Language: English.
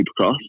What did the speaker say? Supercross